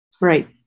Right